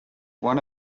one